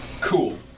Cool